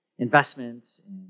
investments